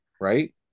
right